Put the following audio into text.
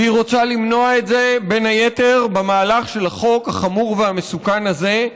והיא רוצה למנוע את זה בין היתר במהלך של החוק החמור והמסוכן הזה,